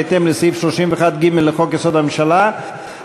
בהתאם לסעיף 31(ג) לחוק-יסוד: הממשלה,